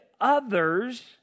others